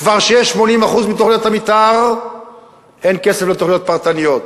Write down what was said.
כשכבר יש 80% מתוכניות המיתאר אין כסף לתוכניות פרטניות.